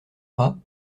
pas